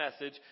message